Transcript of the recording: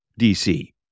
DC